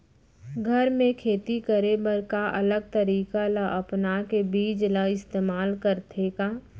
घर मे खेती करे बर का अलग तरीका ला अपना के बीज ला इस्तेमाल करथें का?